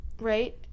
right